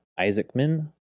Isaacman